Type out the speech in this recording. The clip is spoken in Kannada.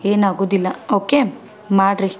ಏನು ಆಗುವುದಿಲ್ಲ ಓಕೆ ಮಾಡಿರಿ